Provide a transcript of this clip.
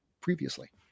previously